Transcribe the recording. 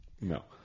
No